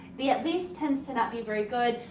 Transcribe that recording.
the at least tends to not be very good.